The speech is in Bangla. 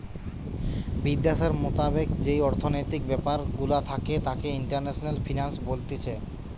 বিদ্যাশের মোতাবেক যেই অর্থনৈতিক ব্যাপার গুলা থাকে তাকে ইন্টারন্যাশনাল ফিন্যান্স বলতিছে